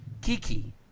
Kiki